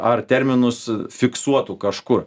ar terminus fiksuotų kažkur